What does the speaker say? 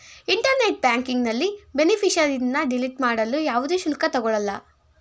internet ಬ್ಯಾಂಕಿಂಗ್ನಲ್ಲಿ ಬೇನಿಫಿಷರಿನ್ನ delete ಮಾಡಲು ಯಾವುದೇ ಶುಲ್ಕ ತಗೊಳಲ್ಲ